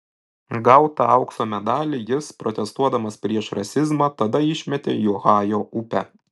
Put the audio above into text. gautą aukso medalį jis protestuodamas prieš rasizmą tada išmetė į ohajo upę